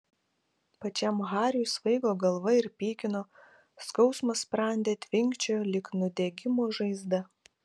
pačiam hariui svaigo galva ir pykino skausmas sprande tvinkčiojo lyg nudegimo žaizda